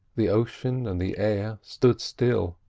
the ocean and the air stood still.